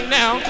now